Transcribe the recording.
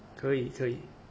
可以可以